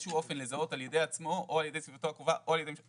שהוא אופן לזהות על ידי עצמו או על ידי סביבתו הקרובה או על ידי משפחתו,